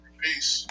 Peace